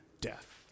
death